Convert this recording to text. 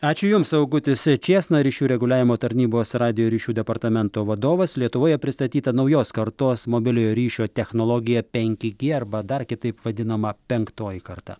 ačiū jums augutis čėsna ryšių reguliavimo tarnybos radijo ryšių departamento vadovas lietuvoje pristatyta naujos kartos mobiliojo ryšio technologija penki gie arba dar kitaip vadinama penktoji karta